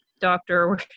doctor